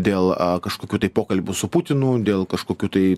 dėl kažkokių tai pokalbių su putinu dėl kažkokių tai